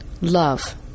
love